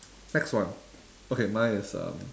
next one okay mine is um